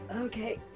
okay